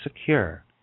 secure